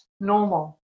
normal